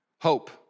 Hope